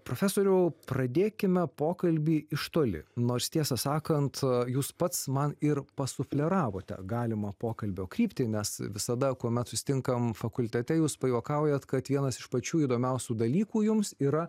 profesoriau pradėkime pokalbį iš toli nors tiesą sakant jūs pats man ir pasufleravote galimo pokalbio kryptį nes visada kuomet susitinkam fakultete jūs pajuokaujat kad vienas iš pačių įdomiausių dalykų jums yra